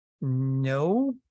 No